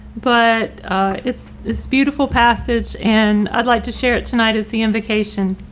but it's it's beautiful passage, and i'd like to share it tonight as the invocation.